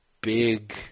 big